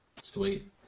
Sweet